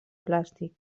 plàstic